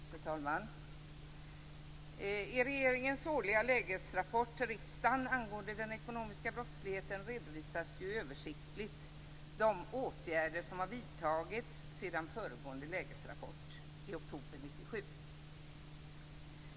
Fru talman! I regeringens årliga lägesrapport till riksdagen angående den ekonomiska brottsligheten redovisas översiktligt de åtgärder som har vidtagits sedan föregående lägesrapport i oktober 1997.